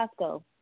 Costco